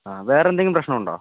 ആ വേറെയെന്തെങ്കിലും പ്രശ്നമുണ്ടോ